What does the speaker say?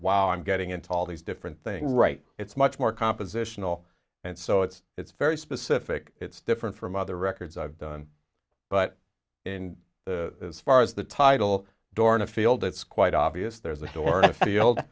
wow i'm getting into all these different thing right it's much more compositional and so it's it's very specific it's different from other records i've done but in the far as the title door in a field it's quite obvious there's a door a field